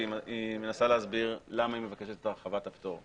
והיא מנסה להסביר למה היא מבקשת את הרחבת הפטור.